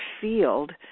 field